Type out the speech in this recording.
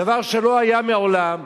דבר שלא היה מעולם,